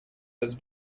has